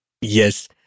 Yes